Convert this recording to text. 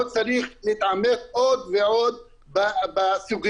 לא צריך להתעמת עוד ועוד בסוגיה.